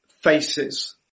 faces